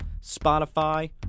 Spotify